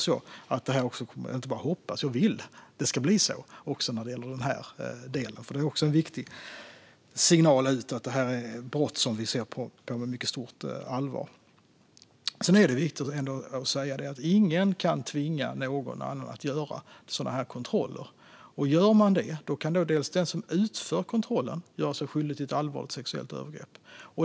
Jag inte bara hoppas utan vill att det ska bli så också när det gäller den här delen. Det är en viktig signal utåt att det är brott som vi ser på med mycket stort allvar. Det är ändå viktigt att säga att ingen kan tvinga någon annan att göra sådana kontroller. Gör man det kan den som utför kontrollen göra sig skyldig till ett allvarligt sexuellt övergrepp.